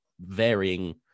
varying